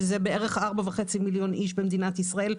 שזה כ-4.5 מיליון איש במדינת ישראל,